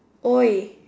!oi!